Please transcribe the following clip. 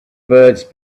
birds